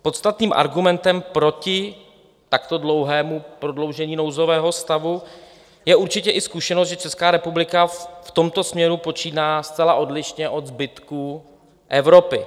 Podstatným argumentem proti takto dlouhému prodloužení nouzového stavu je určitě i zkušenost, že Česká republika si v tomto směru počíná zcela odlišně od zbytku Evropy.